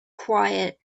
quiet